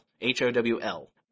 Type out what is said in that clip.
H-O-W-L